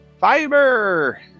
Fiber